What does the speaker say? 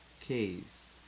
case